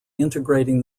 integrating